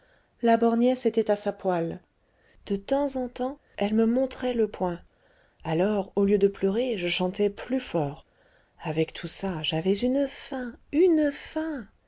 la borgnesse était à sa poêle de temps en temps elle me montrait le poing alors au lieu de pleurer je chantais plus fort avec tout ça j'avais une faim une faim